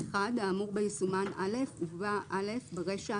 האמור בה יסומן "(א)" ובה - ברישה,